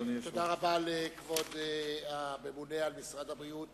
תודה רבה לכבוד הממונה על משרד הבריאות,